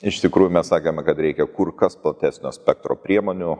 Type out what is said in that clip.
iš tikrųjų mes sakėme kad reikia kur kas platesnio spektro priemonių